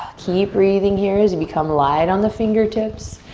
keep breathing here as you become light on the fingertips.